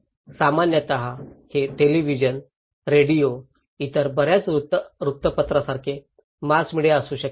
सामान्यत हे television radio इतर बर्याच वृत्तपत्रांसारखे मास मीडिया असू शकते